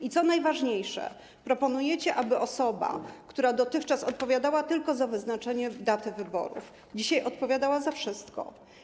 I co najważniejsze, proponujecie, aby osoba, która dotychczas odpowiadała tylko za wyznaczenie daty wyborów, dzisiaj odpowiadała za wszystko.